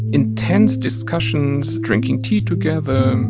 intense discussions, drinking tea together,